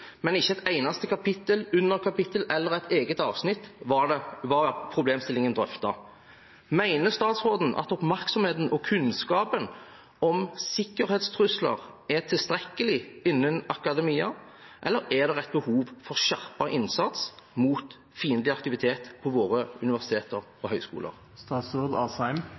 men ikke i et eneste kapittel, underkapittel eller et eget avsnitt var problemstillingen drøftet. Mener statsråden at oppmerksomheten og kunnskapen om sikkerhetstrusler er tilstrekkelig innen akademia, eller er det et behov for skjerpet innsats mot fiendtlig aktivitet på våre universiteter og